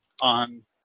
on